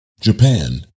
Japan